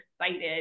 excited